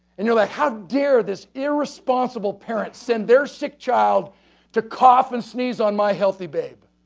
and you're like, how dare this irresponsible parents send their sick child to cough and sneeze on my healthy baby?